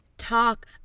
talk